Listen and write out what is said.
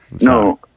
No